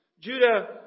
Judah